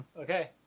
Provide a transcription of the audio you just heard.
Okay